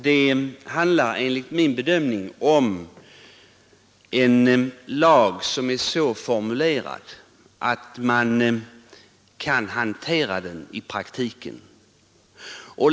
Det handlar enligt min bedömning om en lag som är så formulerad att man kan hantera den i praktiken.